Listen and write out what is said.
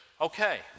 Okay